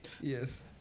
Yes